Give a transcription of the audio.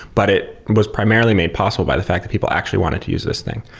but it was primarily made possible by the fact that people actually wanted to use this thing.